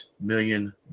million